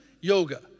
yoga